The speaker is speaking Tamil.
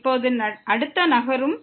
இப்போது அடுத்ததற்கு செல்வோம்